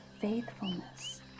faithfulness